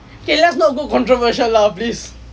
okay let's not go controversial lah please